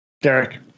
Derek